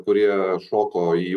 kurie šoko į